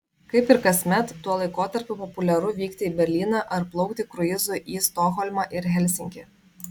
kaip ir kasmet tuo laikotarpiu populiaru vykti į berlyną ar plaukti kruizu į stokholmą ir helsinkį